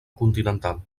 continental